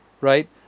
right